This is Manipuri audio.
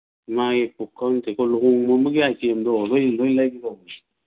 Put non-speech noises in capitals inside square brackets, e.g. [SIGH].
ꯃꯥꯏ ꯄꯨꯈꯝ ꯇꯦꯡꯀꯣꯠ ꯂꯨꯍꯣꯡꯕ ꯑꯃꯒꯤ ꯑꯥꯏꯇꯦꯝꯗꯣ [UNINTELLIGIBLE]